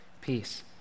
peace